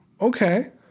okay